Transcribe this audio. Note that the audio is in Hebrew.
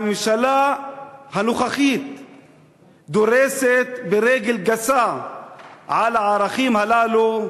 הממשלה הנוכחית דורסת ברגל גסה את הערכים הללו,